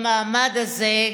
במעמד הזה,